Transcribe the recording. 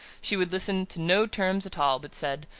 she would listen to no terms at all, but said,